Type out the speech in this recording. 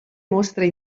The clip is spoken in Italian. mostre